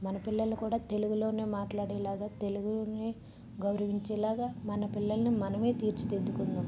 మన పిల్లలు కూడా తెలుగులోనే మాట్లాడేలాగ తెలుగునే గౌరవించేలాగ మన పిల్లలని మనమే తీర్చిదిద్దుకుందాం